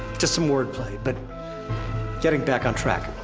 just some wordplay. but getting back on track.